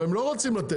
אבל הם לא רוצים לתת,